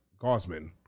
Gosman